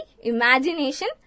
imagination